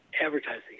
advertising